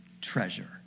treasure